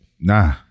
Nah